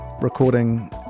recording